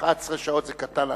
11 שעות זה קטן עליו.